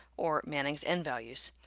or manning's n-values.